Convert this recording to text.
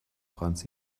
franz